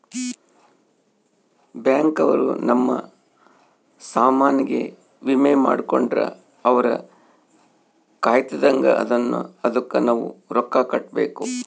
bank ಅವ್ರ ನಮ್ ಸಾಮನ್ ಗೆ ವಿಮೆ ಮಾಡ್ಕೊಂಡ್ರ ಅವ್ರ ಕಾಯ್ತ್ದಂಗ ಅದುನ್ನ ಅದುಕ್ ನವ ರೊಕ್ಕ ಕಟ್ಬೇಕು